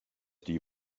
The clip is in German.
die